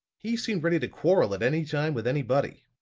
he seemed ready to quarrel at any time with anybody.